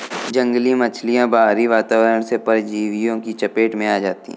जंगली मछलियाँ बाहरी वातावरण से परजीवियों की चपेट में आ जाती हैं